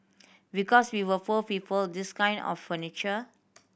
because we were poor people this kind of furniture